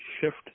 shift